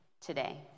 today